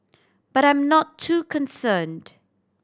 but I am not too concerned